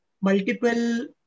multiple